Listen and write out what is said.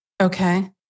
Okay